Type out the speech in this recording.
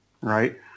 right